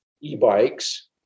e-bikes